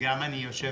ואני מקווה